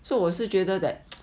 so 我是觉得 that